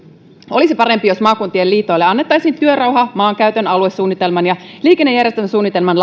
olisi parempi jos maakuntien liitoille annettaisiin työrauha maankäytön aluesuunnitelman ja liikennejärjestelmäsuunnitelman